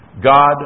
God